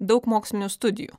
daug mokslinių studijų